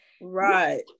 Right